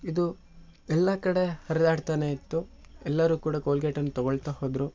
ಇದು ಎಲ್ಲ ಕಡೆ ಹರಿದಾಡ್ತಾನೆ ಇತ್ತು ಎಲ್ಲರೂ ಕೂಡ ಕೋಲ್ಗೇಟನ್ನ ತೊಗೊಳ್ತಾ ಹೋದರು